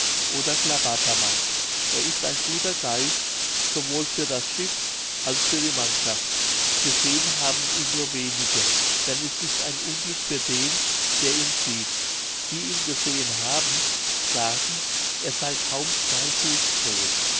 oder klabatermann er ist ein guter geist sowohl für das schiff als für die mannschaft gesehen haben ihn nur wenige denn es ist ein unglück für den der ihn sieht die ihn gesehen haben sagen er sey kaum zwei fuß groß